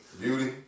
Beauty